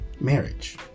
marriage